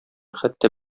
хәтта